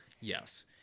yes